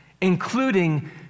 including